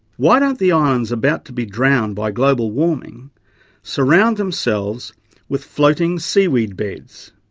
why don't the islands about to be drowned by global warming surround themselves with floating seaweed beds?